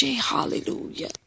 hallelujah